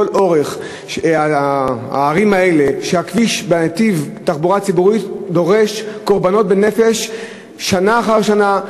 בכל הערים האלה נתיב התחבורה הציבורית דורש קורבנות בנפש שנה אחר שנה,